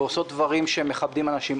דברים שמכבדים אנשים,